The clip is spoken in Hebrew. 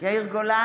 בהצבעה יאיר גולן,